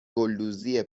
گلدوزی